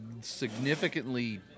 significantly